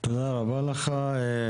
תודה רבה רועי.